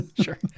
sure